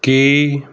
ਕੀ